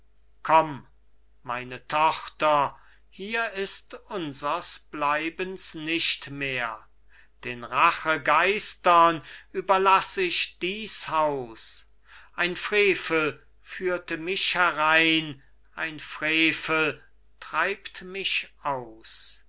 komm meine tochter hier ist unsers bleibens nicht mehr den rachegeistern überlass ich dies haus ein frevel führte mich herein ein frevel treibt mich aus mit